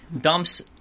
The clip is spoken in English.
dumps